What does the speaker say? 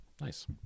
Nice